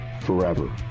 forever